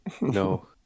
No